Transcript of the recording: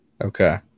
Okay